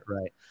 right